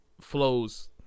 flows